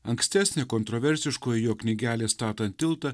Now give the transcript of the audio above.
ankstesnė kontroversiškoji jo knygelė statant tiltą